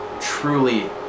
truly